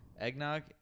Eggnog